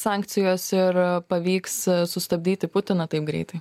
sankcijos ir pavyks sustabdyti putiną taip greitai